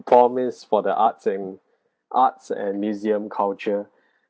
for means for the art and arts and museum culture